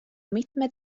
mitmed